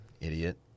idiot